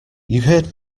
heard